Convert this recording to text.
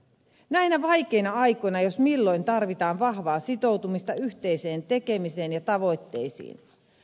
näinä vaikeina aikoina jos milloin tarvitaan vahvaa sitoutumista yhteiseen tekemiseen ja tavoitteisiin